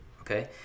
Okay